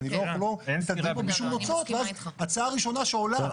אנחנו לא מתהדרים פה בשום נוצות ואז הצעה ראשונה שעולה